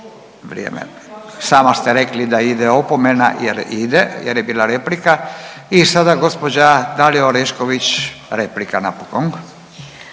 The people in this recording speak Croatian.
Vrijeme. Sama ste rekli da ide opomena jer ide jer je bila replika. I sada gospođa Dalija Orešković replika napokon.